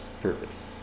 purpose